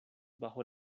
bajo